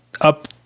up